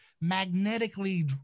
magnetically